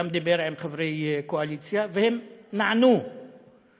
גם דיבר עם חברי קואליציה, והם נענו לבקשתו,